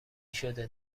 شده